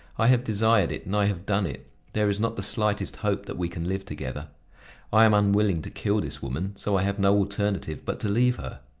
i have desired it, and i have done it there is not the slightest hope that we can live together i am unwilling to kill this woman, so i have no alternative but to leave her.